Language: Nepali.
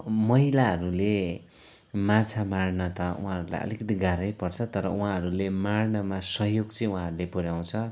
मैलाहरूले माछा मार्न त उहाँहरूलाई अलिकति गाह्रै पर्छ तर उहाँहरूले मार्नमा सहयोग चाहिँ उहाँहरूले पुऱ्याउँछ